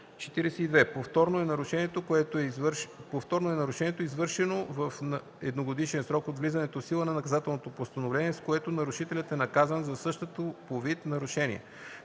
42. „Повторно” е нарушението, извършено в едногодишен срок от влизането в сила на наказателното постановление, с което нарушителят е наказан за същото по вид нарушение.